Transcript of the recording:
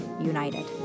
united